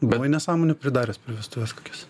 buvai nesąmonių pridaręs per vestuves kokias